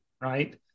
Right